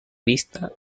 vista